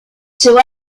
llegó